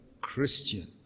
Christian